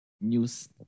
news